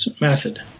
method